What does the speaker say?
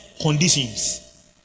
conditions